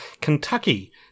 Kentucky